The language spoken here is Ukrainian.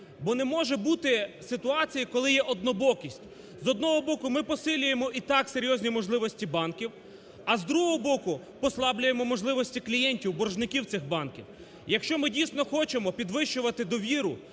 Бо не може бути ситуації, коли є однобокість. З одного боку, ми посилюємо і так серйозні можливості банків, а, з другого боку, послаблює можливості клієнтів, боржників цих банків. Якщо ми, дійсно, хочемо підвищувати довіру